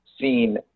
seen